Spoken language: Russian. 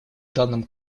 данном